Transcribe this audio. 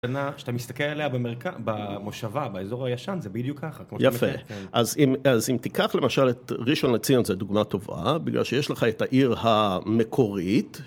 כשאתה מסתכל עליה במושבה, באזור הישן, זה בדיוק ככה, כמו שאתה אומר. אז אם תיקח למשל את ראשון לציון, זו דוגמה טובה, בגלל שיש לך את העיר המקורית.